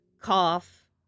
Cough